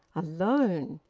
alone.